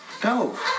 Go